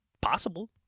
possible